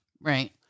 Right